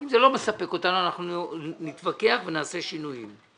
אם זה לא מספק אותנו, אנחנו נתווכח ונעשה שינויים.